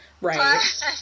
Right